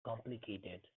complicated